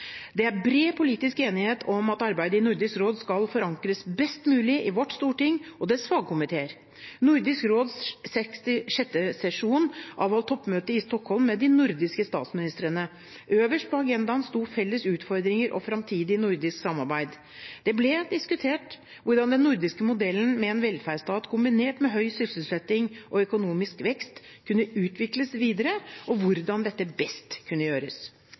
i Nordisk råd skal forankres best mulig i Stortinget og dets fagkomiteer. Nordisk råds 66. sesjon avholdt toppmøte i Stockholm med de nordiske statsministrene. Øverst på agendaen sto felles utfordringer og fremtidig nordisk samarbeid. Det ble diskutert hvordan den nordiske modellen, med en velferdsstat kombinert med høy sysselsetting og økonomisk vekst, kunne utvikles videre, og hvordan dette best kunne gjøres.